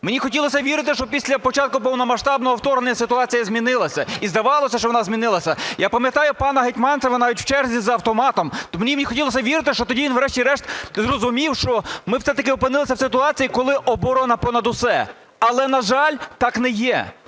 Мені хотілося вірити, що після початку повномасштабного вторгнення ситуація змінилася, і здавалося, що вона змінилася. Я пам'ятаю пана Гетманцева навіть в черзі за автоматом. Мені не хотілося вірити, що тоді врешті-решт зрозумів, що ми все-таки опинилися в ситуації, коли оборона понад усе. Але, на жаль, так не є.